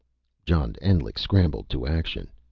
john endlich scrambled to action.